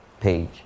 page